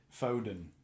Foden